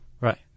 Right